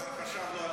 חשבנו עליך.